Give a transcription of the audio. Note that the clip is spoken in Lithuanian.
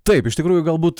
taip iš tikrųjų galbūt